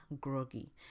groggy